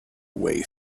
way